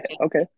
Okay